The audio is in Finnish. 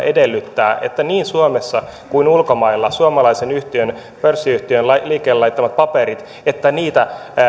edellyttää että niin suomessa kuin ulkomailla suomalaisen pörssiyhtiön liikkeelle laittamat paperit